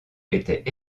était